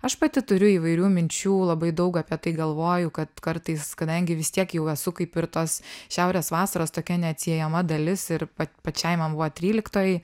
aš pati turiu įvairių minčių labai daug apie tai galvoju kad kartais kadangi vis tiek jau esu kaip ir tos šiaurės vasaros tokia neatsiejama dalis ir pa pačiai man buvo tryliktoji